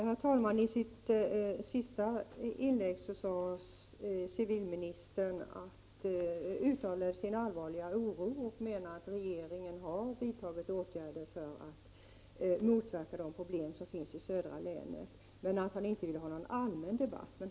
Herr talman! I sitt senaste inlägg uttalade civilministern sin allvarliga oro och menade att regeringen har vidtagit åtgärder för att motverka de problem som finns i den södra delen av länet men att han inte vill ha någon allmän debatt.